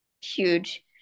Huge